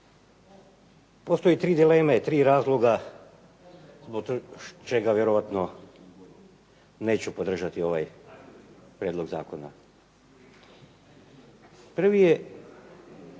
Postoji tri dileme, tri razloga zbog čega vjerojatno neću podržati ovaj prijedlog zakona. Prvi je